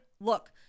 look